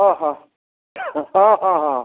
ହଁ ହଁ ହଁ ହଁ ହଁ